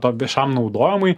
to viešajam naudojimui